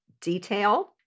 detail